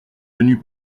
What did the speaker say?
tenus